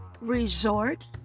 Resort